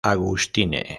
augustine